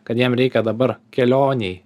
kad jam reikia dabar kelionei